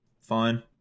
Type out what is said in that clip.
fine